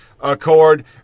Accord